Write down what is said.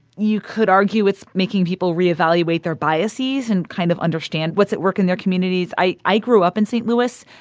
you could argue it's making people reevaluate their biases and kind of understand what's at work in their communities i i grew up in st. louis.